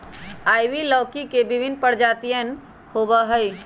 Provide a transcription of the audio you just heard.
ivy लौकी के विभिन्न प्रजातियन होबा हई